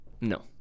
No